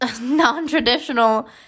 non-traditional